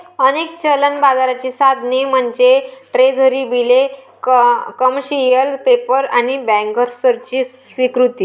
अनेक चलन बाजाराची साधने म्हणजे ट्रेझरी बिले, कमर्शियल पेपर आणि बँकर्सची स्वीकृती